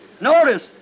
Notice